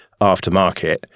aftermarket